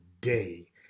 day